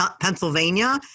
Pennsylvania